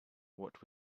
what